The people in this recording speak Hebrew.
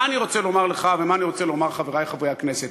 מה אני רוצה לומר לך ומה אני רוצה לומר לחברי חברי הכנסת?